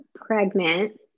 pregnant